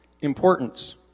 importance